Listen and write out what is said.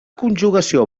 conjugació